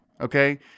Okay